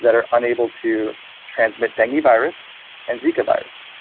that are unable to transmit dengue virus and zika virus.